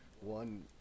one